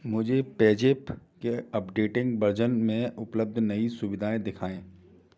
मुझे पेज़ैप के updating version में उपलब्ध नई सुविधाएँ दिखाएँ